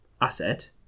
asset